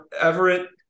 Everett